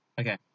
Okay